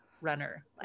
runner